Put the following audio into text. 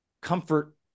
comfort